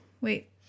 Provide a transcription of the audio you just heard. wait